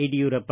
Yediyurappa